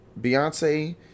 Beyonce